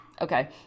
Okay